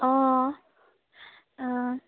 অঁ অঁ